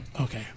Okay